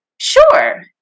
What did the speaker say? Sure